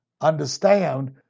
understand